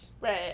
Right